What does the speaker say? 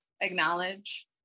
acknowledge